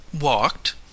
Walked